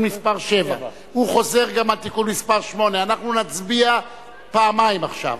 מס' 7. הוא חוזר גם על תיקון מס' 8. אנחנו נצביע פעמיים עכשיו,